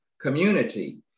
community